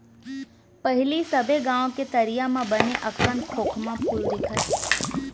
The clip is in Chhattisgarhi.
पहिली सबे गॉंव के तरिया म बने अकन खोखमा फूल दिखय